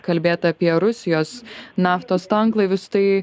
kalbėta apie rusijos naftos tanklaivius tai